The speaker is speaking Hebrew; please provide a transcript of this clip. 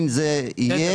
אם זה יהיה,